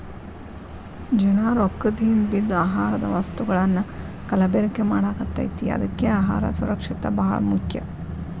ಜನಾ ರೊಕ್ಕದ ಹಿಂದ ಬಿದ್ದ ಆಹಾರದ ವಸ್ತುಗಳನ್ನಾ ಕಲಬೆರಕೆ ಮಾಡಾಕತೈತಿ ಅದ್ಕೆ ಅಹಾರ ಸುರಕ್ಷಿತ ಬಾಳ ಮುಖ್ಯ